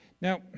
Now